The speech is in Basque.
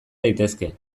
daitezke